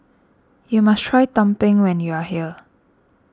you must try Tumpeng when you are here